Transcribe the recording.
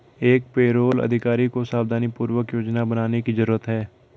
एक पेरोल अधिकारी को सावधानीपूर्वक योजना बनाने की जरूरत है